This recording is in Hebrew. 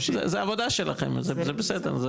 זה עבודה שלכם זה בסדר.